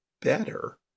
better